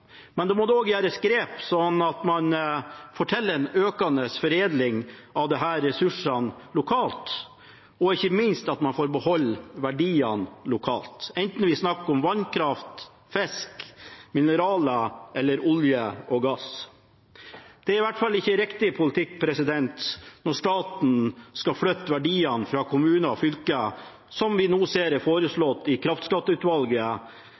Men da må det tas grep, sånn at man får til en økt foredling av disse ressursene lokalt, og ikke minst at man får beholde verdiene lokalt, enten vi snakker om vannkraft, fisk, mineraler eller olje og gass. Det er i hvert fall ikke riktig politikk når staten skal flytte verdiene fra kommuner og fylker, slik vi nå ser er